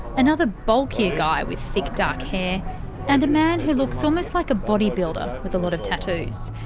another bulkier guy with thick dark hair and a man who looks almost like a bodybuilder, with a lot of tattoos.